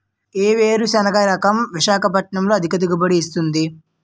ఏ వేరుసెనగ రకం విశాఖపట్నం లో అధిక దిగుబడి ఇస్తుంది?